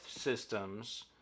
systems